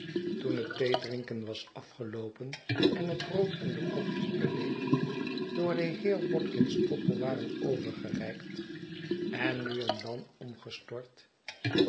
toen het theedrinken was afgeloopen en het brood en de kopjes beleefd door den heer watkins tottle waren overgereikt en nu en dan omgestort